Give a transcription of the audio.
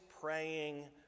praying